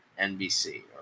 NBC